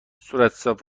صورتحساب